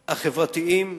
החברתיים,